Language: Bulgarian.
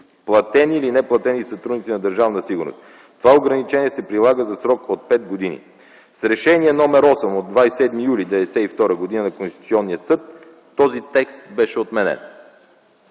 платени или неплатени сътрудници на Държавна сигурност. Това ограничение се прилага за срок от 5 години”. С Решение № 8 от 27 юли 1992 г. на Конституционния съд този текст беше отменен.